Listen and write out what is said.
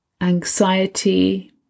anxiety